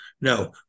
No